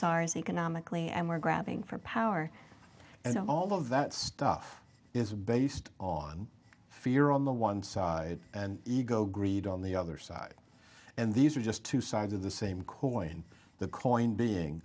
ours economically and we're grabbing for power and all of that stuff is based on fear on the one side and ego greed on the other side and these are just two sides of the same coin the coin being